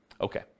Okay